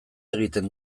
egiten